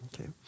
okay